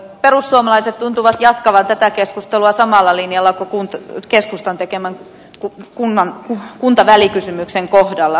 perussuomalaiset tuntuvat jatkavan tätä keskustelua samalla linjalla kuin keskustan tekemän kuntavälikysymyksen kohdalla